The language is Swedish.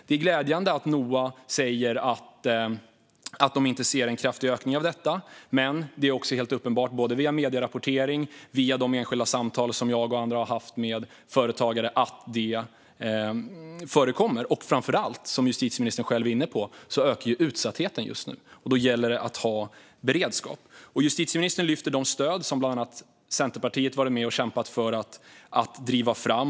Det är glädjande att Noa säger att de inte ser en kraftig ökning, men det är också helt uppenbart, både via medierapportering och via de enskilda samtal som jag och andra har haft med företagare, att det förekommer problem. Framför allt, som justitieministern själv var inne på, ökar utsattheten just nu, och då gäller det att ha beredskap. Justitieministern lyfte upp de stöd som bland andra Centerpartiet har varit med och kämpat för att driva fram.